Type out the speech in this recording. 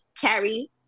carry